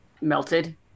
Melted